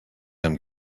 them